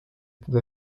the